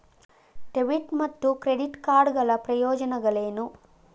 Debit ಮತ್ತು credit card ಗಳ ಪ್ರಯೋಜನಗಳೇನು?